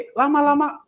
lama-lama